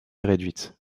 réduite